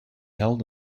held